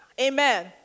Amen